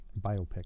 Biopic